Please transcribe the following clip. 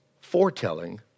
foretelling